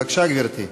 בבקשה, גברתי.